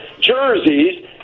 jerseys